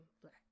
black